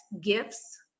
gifts